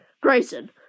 Grayson